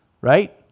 right